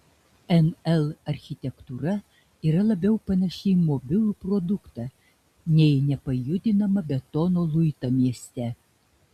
nl architektūra yra labiau panaši į mobilų produktą nei į nepajudinamą betono luitą mieste